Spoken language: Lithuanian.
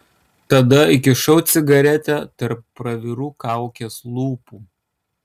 tada įkišau cigaretę tarp pravirų kaukės lūpų